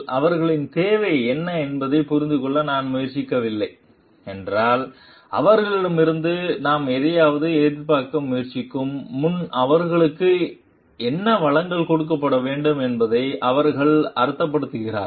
அவர்களின் தேவைகள் என்ன என்பதைப் புரிந்து கொள்ள நான் முயற்சிக்கவில்லை என்றால் அவர்களிடமிருந்து நாம் எதையாவது எதிர்பார்க்க முயற்சிக்கும் முன் அவர்களுக்கு என்ன வளங்கள் கொடுக்கப்பட வேண்டும் என்பதை அவர்கள் அர்த்தப்படுத்துகிறார்கள்